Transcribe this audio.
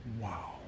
Wow